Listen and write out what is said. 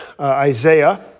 Isaiah